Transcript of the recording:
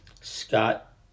Scott